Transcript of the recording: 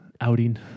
outing